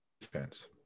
defense